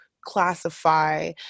classify